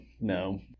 No